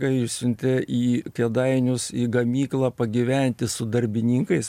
kad išsiuntė į kėdainius į gamyklą pagyventi su darbininkais